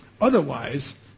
Otherwise